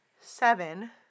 seven